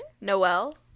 Noel